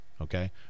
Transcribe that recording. okay